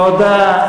תודה.